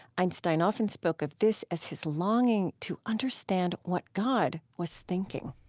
einstein often spoke of this as his longing to understand what god was thinking